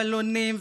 בלונים,